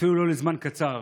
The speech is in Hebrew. אפילו לא לזמן קצר.